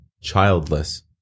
childless